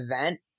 event